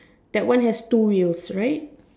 that one has two use right